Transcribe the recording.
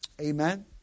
Amen